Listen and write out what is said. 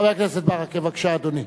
חבר הכנסת ברכה, בבקשה, אדוני.